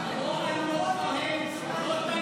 חבר הכנסת אחמד טיבי, אלמוג כהן לא מכבה